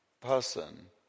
person